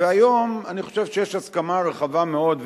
והיום אני חושב שיש הסכמה רחבה מאוד,